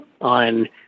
on